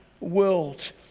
world